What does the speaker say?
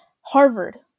Harvard